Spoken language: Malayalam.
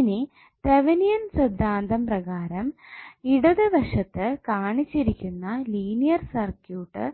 ഇനി തെവെനിൻ സിദ്ധാന്തം പ്രകാരം ഇടത് വശത്ത് കാണിച്ചിരിക്കുന്ന ലീനിയർ സർക്യൂട്ട്